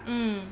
mm